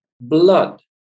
blood